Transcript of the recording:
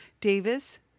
Davis